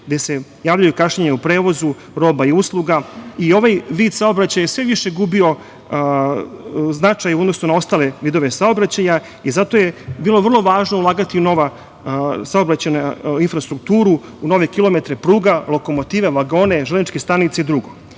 gde se javljaju u kašnjenja u prevozu roba i usluga. Ovaj vid saobraćaja je sve više gubio značaj u odnosu na ostale vidove saobraćaja i zato je bilo vrlo važno ulagati u novu saobraćajnu infrastrukturu, u nove kilometre pruga, lokomotive, vagone, železničke stanice i drugo. Godine